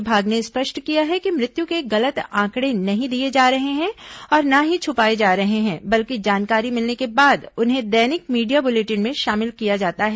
विभाग ने स्पष्ट किया है कि मृत्यु के गलत आकड़े नहीं दिए जा रहे हैं और न ही छपाए जा रहे हैं बल्कि जानकारी मिलने के बाद उन्हें दैनिक मीडिया बुलेटिन में शामिल किया जाता है